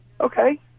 Okay